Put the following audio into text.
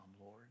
Lord